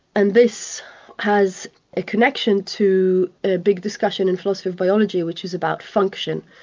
and this has a connection to a big discussion in philosophy of biology which is about function.